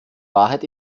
wahrheit